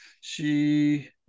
She-